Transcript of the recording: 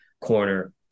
corner